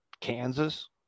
Kansas